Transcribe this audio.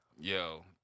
Yo